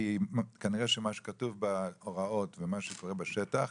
כי כנראה שמה שכתוב בהוראות ומה שקורה בשטח,